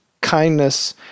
kindness